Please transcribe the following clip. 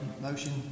motion